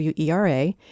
WERA